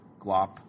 Glop